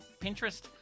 Pinterest